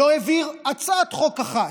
לא העביר אפילו הצעת חוק אחת,